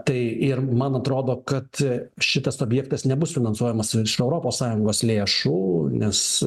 tai ir man atrodo kad šitas objektas nebus finansuojamas iš europos sąjungos lėšų nes